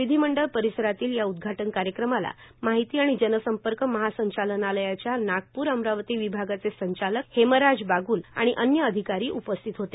विधिमंडळ परिसरातील या उद्घाटन कार्यक्रमाला माहिती आणि जनसंपर्क महासंचालनालयाच्या नागपूर अमरावती विभागाचे संचालक हेमराज बाग्ल आणि अन्य अधिकारी उपस्थित होते